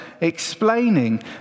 explaining